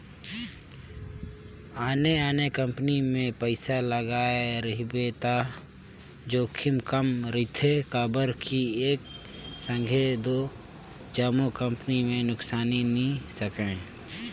आने आने कंपनी मे पइसा लगाए रहिबे त जोखिम कम रिथे काबर कि एक संघे दो जम्मो कंपनी में नुकसानी नी सके